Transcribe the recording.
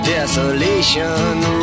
Desolation